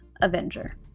Avenger